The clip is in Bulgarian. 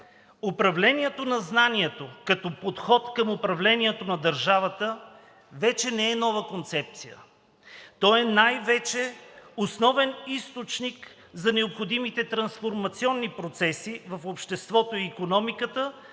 Управлението на знанието като подход към управлението на държавата вече не е нова концепция. То е най-вече основен източник за необходимите трансформационни процеси в обществото и икономиката